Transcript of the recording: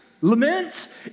Lament